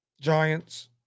Giants